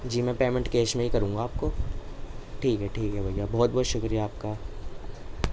جی میں payment cash میں ہی کروں گا آپ کو ٹھیک ہے ٹھیک ہے بھیا بہت بہت شکریہ آپ کا